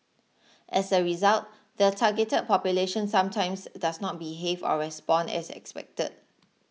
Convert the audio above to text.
as a result the targeted population sometimes does not behave or respond as expected